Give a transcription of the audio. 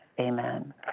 Amen